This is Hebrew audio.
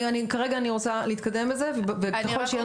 כרגע אני רוצה להתקדם בזה וככל שיהיה